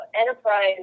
enterprise